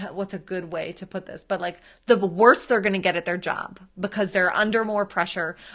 what's a good way to put this, but like the worse they're gonna get at their job, because they're under more pressure.